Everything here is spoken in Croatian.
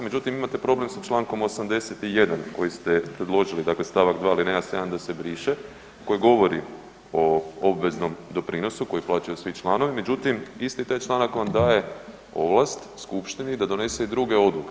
Međutim, imate problem sa Člankom 81. koji ste predložili dakle stavak 2. alineja 7. da se briše koji govori o obveznom doprinosu koji plaćaju svi članovi međutim isti taj članak vam daje ovlast skupštini da donese i druge odluke.